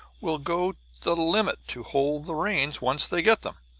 will go the limit to hold the reins, once they get them!